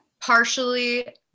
partially